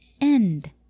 end